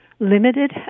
limited